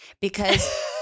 because-